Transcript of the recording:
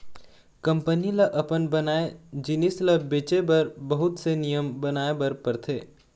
company ल अपन बनाए जिनिस ल बेचे बर बहुत से नियम बनाए बर परथे